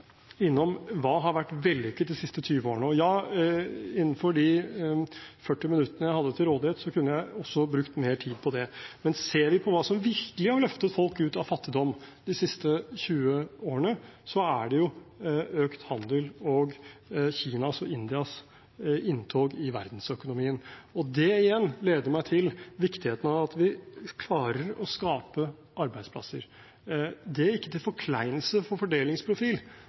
innom spørsmålet: Hva har vært vellykket de siste 20 årene? Ja, innenfor de 40 minuttene jeg hadde til rådighet, kunne jeg også brukt mer tid på det. Men ser vi på hva som virkelig har løftet folk ut av fattigdom de siste 20 årene, er det økt handel og Kinas og Indias inntog i verdensøkonomien. Og det igjen leder meg til viktigheten av at vi klarer å skape arbeidsplasser. Det er ikke til forkleinelse for fordelingsprofil,